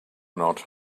not